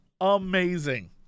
amazing